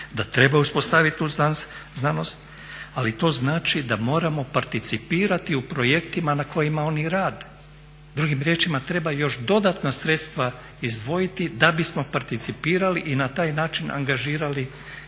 da treba uspostaviti tu znanost ali to znači da moramo participirati u projektima na kojima oni rade. Drugim riječima treba još dodatna sredstva izdvojiti da bismo participirali i na taj način angažirali